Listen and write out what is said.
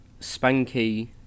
Spanky